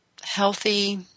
healthy